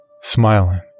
Smiling